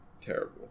terrible